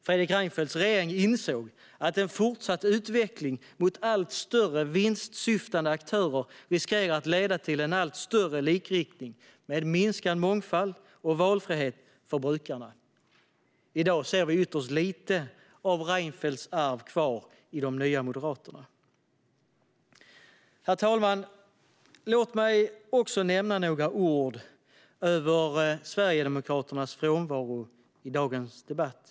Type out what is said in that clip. Fredrik Reinfeldts regering insåg att en fortsatt utveckling mot allt större vinstsyftande aktörer riskerar att leda till en allt större likriktning med minskad mångfald och minskad valfrihet för brukarna. I dag ser vi ytterst lite kvar av Reinfeldts arv i de nya moderaterna. Herr talman! Låt mig nämna några ord om Sverigedemokraternas frånvaro i dagens debatt.